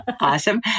Awesome